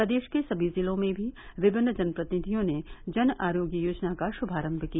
प्रदेश के सभी जिलों में भी विभिन्न जनप्रतिनिधियों ने जन आरोग्य योजना का शुभारम्भ किया